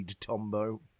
Tombo